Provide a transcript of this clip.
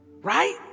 right